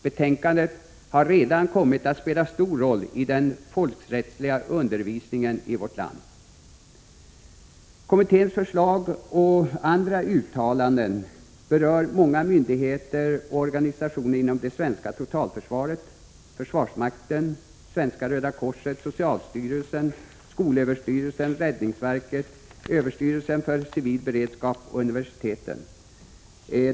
Betänkandet har redan kommit att spela stor roll i den folkrättsliga undervisningen i vårt land. Kommitténs förslag och andra uttalanden berör många myndigheter och organisationer inom det svenska totalförsvaret: försvarsmakten, Svenska röda korset, socialstyrelsen, skolöverstyrelsen, räddningsverket, överstyrelsen för civil beredskap och universiteten.